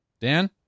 Dan